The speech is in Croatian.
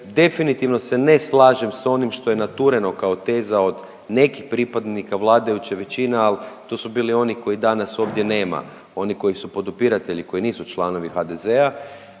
definitivno se ne slažem sa onim što je natureno kao teza od nekih pripadnika vladajuće većine ali to su bili oni kojih danas ovdje nema, oni koji su podupiratelji, koji nisu članovi HDZ-a.